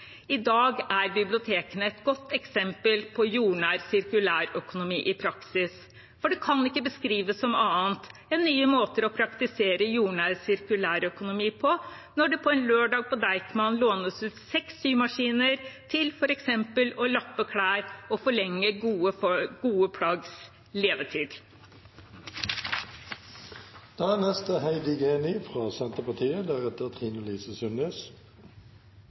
I dag er bibliotekene et godt eksempel på jordnær sirkulærøkonomi i praksis For det kan ikke beskrives som annet enn nye måter å praktisere jordnær sirkulærøkonomi på når det på en lørdag på Deichman lånes ut seks symaskiner til f.eks. å lappe klær og forlenge gode plaggs levetid. Bærekraftsmeldingen er et omfattende dokument. 2030- agendaen er